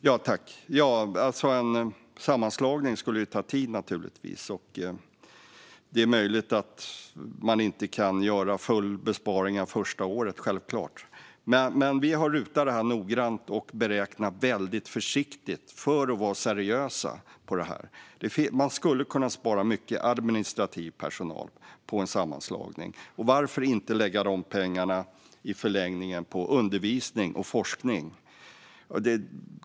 Herr ålderspresident! En sammanslagning skulle naturligtvis ta tid, och det är självklart möjligt att man inte kan göra fulla besparingar första året. Men vi har låtit RUT utreda det här och har noggrant och väldigt försiktigt beräknat det för att vara seriösa. Man skulle kunna spara mycket administrativ personal på en sammanslagning. Och varför inte lägga de pengarna i förlängningen på undervisning och forskning?